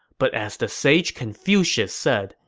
but as the sage confucius said,